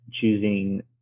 choosing